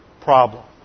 problem